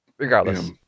Regardless